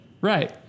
Right